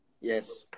yes